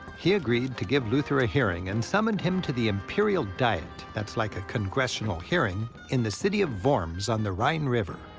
he agreed to give luther a hearing and summoned him to the imperial diet that's like a congressional hearing in the city of worms on the rhine river.